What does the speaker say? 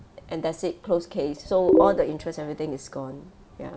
and that's it closed case so all the interest everything is gone ya